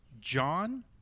John